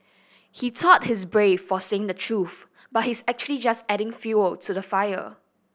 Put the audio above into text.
he thought he's brave for saying the truth but he's actually just adding fuel to the fire